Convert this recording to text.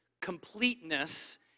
completeness